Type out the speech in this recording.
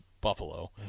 Buffalo